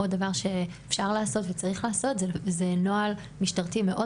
עוד דבר שאפשר לעשות וצריך לעשות זה נוהל משטרתי מאוד